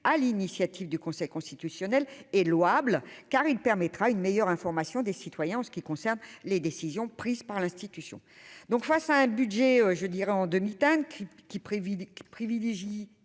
l'initiative du Conseil constitutionnel est louable car il permettra une meilleure information des citoyens en ce qui concerne les décisions prises par l'institution donc face à un budget, je dirais, en demi-teinte qui privilégie